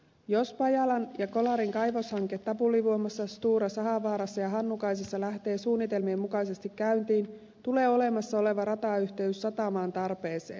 jos pajalan ja kolarin kaivoshanke tapulivuomassa stora sahavaarassa ja hannukaisessa lähtee suunnitelmien mukaisesti käyntiin tulee olemassa oleva ratayhteys satamaan tarpeeseen